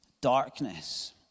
darkness